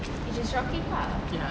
is a shocking lah